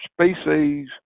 species